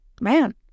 man